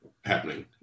happening